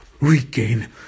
regain